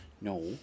No